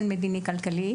כלכלי.